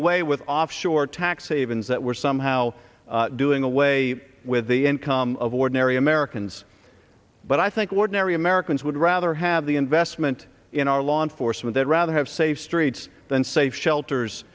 away with offshore tax havens that we're somehow doing away with the income of ordinary americans but i think ordinary americans would rather have the investment in our law enforcement they'd rather have safe streets than safe